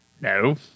No